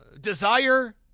desire